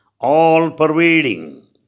all-pervading